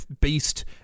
beast